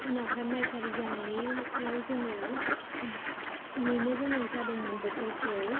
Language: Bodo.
उनावहाय माइ गाज्रि जानायनियाव जोङो नेनो गोनां जादोंमोन बोथोरखौ